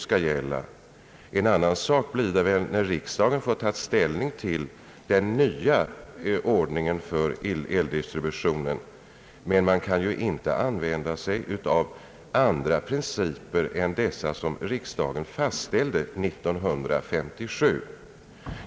Förhållandet kan bli ett annat när riksdagen har tagit ställning till den nya ordningen för eldistribution, men man kan inte nu följa andra principer än dem som riksdagen fastställde år 1957.